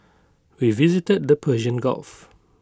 we visited the Persian gulf